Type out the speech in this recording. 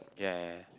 ya ya ya